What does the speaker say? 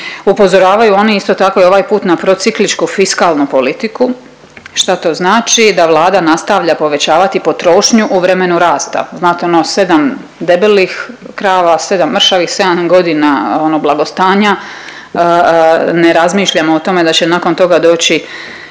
Upozoravaju oni isto tako i ovaj put na procikličku fiskalnu politiku. Šta to znači? Da Vlada nastavlja povećavati potrošnju u vremenu rasta. Znate ono 7 debelih krava, 7 mršavih, 7 godina ono blagostanja ne razmišljamo o tome da će nakon toga doći